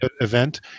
event